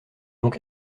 donc